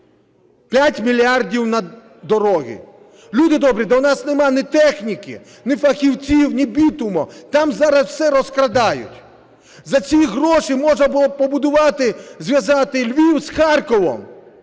5 мільярдів на дороги. Люди добрі, та у нас нема ні техніки, ні фахівців, ні бітуму, там зараз все розкрадають. За ці гроші можна було б побудувати, зв'язати Львів з Харковом